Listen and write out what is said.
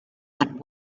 and